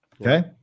okay